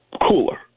cooler